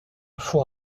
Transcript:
four